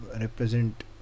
represent